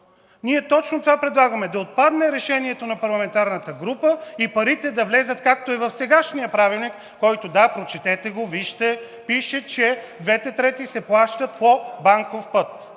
Ние точно това предлагаме – да отпадне решението на парламентарната група и парите да влязат, както е в сегашния Правилник. Прочетете го, вижте, пише, че двете трети се плащат по банков път,